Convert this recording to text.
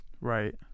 right